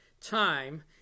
time